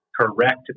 correct